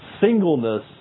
singleness